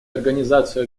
организацию